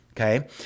Okay